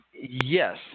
yes